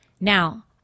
Now